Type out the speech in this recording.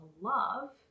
love